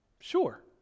Sure